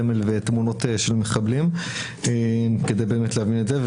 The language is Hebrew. סמל ותמונות של מחבלים כדי להבין את זה.